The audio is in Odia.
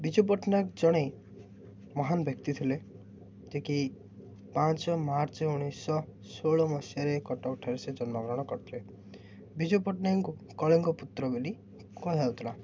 ବିଜୁ ପଟ୍ଟନାୟକ ଜଣେ ମହାନ ବ୍ୟକ୍ତି ଥିଲେ ଯେକି ପାଞ୍ଚ ମାର୍ଚ୍ଚ ଉଣେଇଶହ ଷୋହଳ ମସିହାରେ କଟକ ଠାରେ ସେ ଜନ୍ମଗ୍ରହଣ କରିଥିଲେ ବିଜୁ ପଟ୍ଟନାୟକଙ୍କୁ କଳିଙ୍ଗ ପୁତ୍ର ବୋଲି କୁହାଯାଉଥିଲା